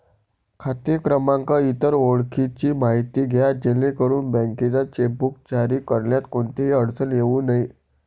खाते क्रमांक, इतर ओळखीची माहिती द्या जेणेकरून बँकेला चेकबुक जारी करण्यात कोणतीही अडचण येऊ नये